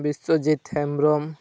Biswajit Hembrom